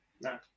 No